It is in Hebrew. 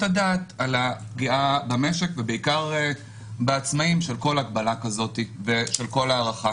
הדעת על הפגיעה במשק ובעיקר בעצמאים כאשר מטילים הגבלה כזאת או הארכה.